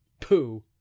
Pooh